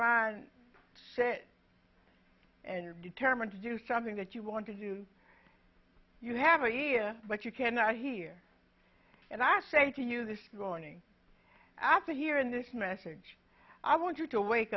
mind set and determined to do something that you want to do you have a hear what you can i hear and i say to you this growing after hearing this message i want you to wake